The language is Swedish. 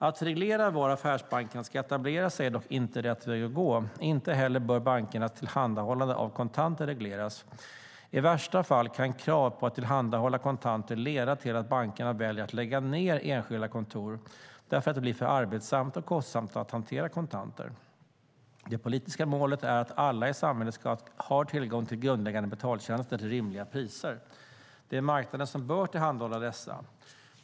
Att reglera var affärsbankerna ska etablera sig är dock inte rätt väg att gå. Inte heller bör bankernas tillhandahållande av kontanter regleras. I värsta fall kan krav på att tillhandahålla kontanter leda till att bankerna väljer att lägga ned enskilda kontor därför att det blir för arbetsamt och kostsamt att hantera kontanter. Det politiska målet är att alla i samhället ska ha tillgång till grundläggande betaltjänster till rimliga priser. Det är marknaden som bör tillhandahålla dessa.